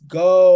go